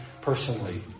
personally